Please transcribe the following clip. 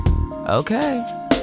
okay